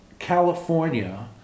California